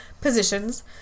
positions